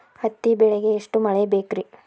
ಹತ್ತಿ ಬೆಳಿಗ ಎಷ್ಟ ಮಳಿ ಬೇಕ್ ರಿ?